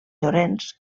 llorenç